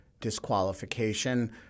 disqualification